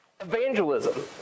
Evangelism